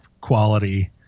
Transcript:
quality